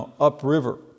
Upriver